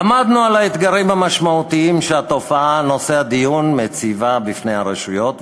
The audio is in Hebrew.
עמדנו על האתגרים המשמעותיים שהתופעה נושא הדיון מציבה בפני הרשויות,